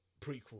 prequel